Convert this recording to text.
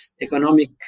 economic